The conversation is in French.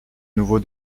nouveau